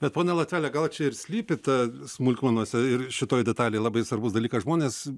bet pone latvele gal čia ir slypi ta smulkmenose ir šitoj detalėj labai svarbus dalykas žmonės